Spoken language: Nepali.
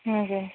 हजुर